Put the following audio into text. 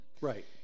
Right